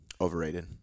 Overrated